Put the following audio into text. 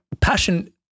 passion